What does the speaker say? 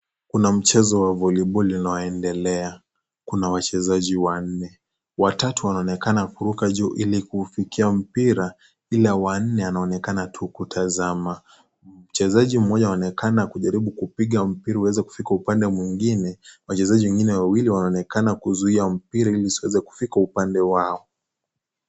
Kuna mchezo wa voliboli unayoendelea, Kuna wachezaji wanne. Watatu wanaonekana kuruka juu Ili kuufikia mpira, ila wa nee anaonekana tu kutazama. Mchezaji mmoja anaonekana kijaribu kupiga mpira uweze kufika upande mwingine, wachezaji wengine wawili wanaonekana kuzuia mpira Ili usiweze kufika upande wao.